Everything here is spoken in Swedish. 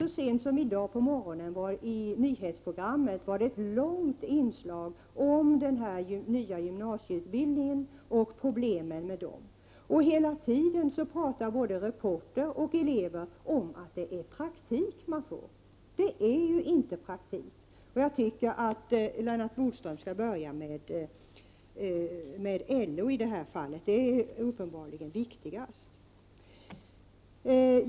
Så sent som i dag på morgonen var det i nyhetsprogrammet i radio ett långt inslag om den nya gymnasieutbildningen och problemen med den, och hela tiden talade både reporter och elever om att det är praktik som man får. Det är ju inte praktik. Jag tycker att Lennart Bodström i det här fallet skall börja med LO, eftersom det uppenbarligen är viktigast.